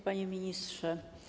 Panie Ministrze!